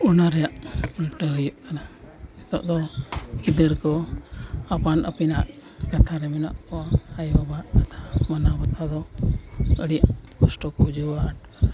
ᱚᱱᱟ ᱨᱮᱭᱟᱜ ᱩᱞᱴᱟᱹ ᱦᱩᱭᱩᱜ ᱠᱟᱱᱟ ᱱᱤᱛᱚᱜ ᱫᱚ ᱜᱤᱫᱟᱹᱨ ᱠᱚ ᱟᱯᱟᱱᱼᱟᱹᱯᱤᱱᱟᱜ ᱠᱟᱛᱷᱟ ᱨᱮ ᱢᱮᱱᱟᱜ ᱠᱚᱣᱟ ᱟᱭᱳ ᱵᱟᱵᱟᱣᱟᱜ ᱠᱟᱛᱷᱟ ᱢᱟᱱᱟ ᱵᱟᱛᱟᱣ ᱫᱚ ᱟᱹᱰᱤ ᱠᱚᱥᱴᱚ ᱠᱚ ᱵᱩᱡᱷᱟᱹᱣᱟ